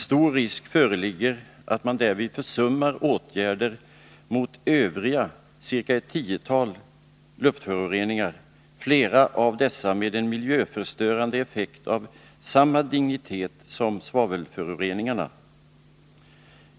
Stor risk föreligger att man därvid försummar åtgärder mot övriga luftföroreningar, ungefär ett tiotal — flera av dessa med en miljöförstörande effekt av samma dignitet som svavelföroreningarna.